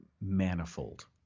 manifold